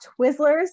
Twizzlers